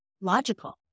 logical